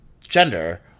gender